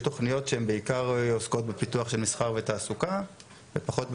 יש תוכניות שעוסקות בפיתוח של מסחר ותעסוקה ופחות בדיור,